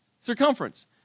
circumference